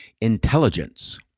Intelligence